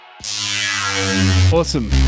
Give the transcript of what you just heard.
Awesome